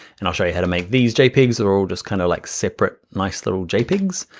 and i'll show you how to make these jpegs or just kinda like separate nice little jpegs,